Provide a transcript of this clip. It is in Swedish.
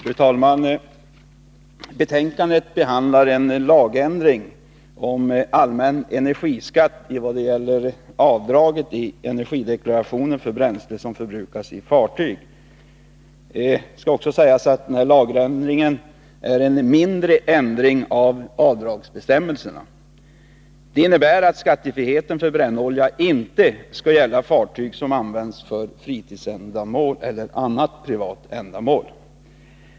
Fru talman! Betänkandet behandlar en lagändring om allmän energiskatt i vad gäller avdrag i energideklarationen för bränsle som förbrukas i fartyg. Den aktuella lagändringen är en mindre ändring av avdragsbestämmelserna. Den innebär att skattefriheten för brännolja inte skall gälla fartyg som används för fritidsändamål eller annat privat ändamål.